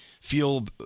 feel